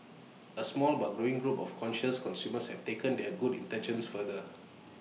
A small but growing group of conscientious consumers have taken their good intentions further